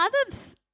others